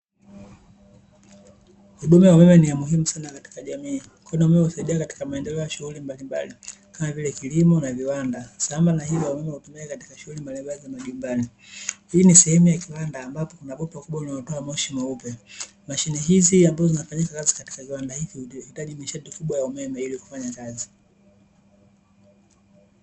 Huduma ya umeme ni ya muhimu sana katika jamii kwani umeme husaidia katika maendeleo ya shunghuli mbalimbali kama vile kilimo na viwanda; sambamaba na hilo umeme hutumiwa katika shunghuli mbalimbali za majumbani, hii ni sehemu ya viwanda ambapo kuna bomba kubwa linalotoa moshi mweupe; mashine hizi zinazofanya kazi katika kiwanda hiki kinahitaji nishati kubwa ya umeme ili kufanya kazi .